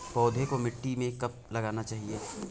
पौधें को मिट्टी में कब लगाना चाहिए?